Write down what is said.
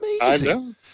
amazing